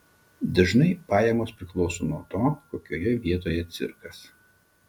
dažnai pajamos priklauso nuo to kokioje vietoj cirkas